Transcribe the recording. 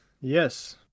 Yes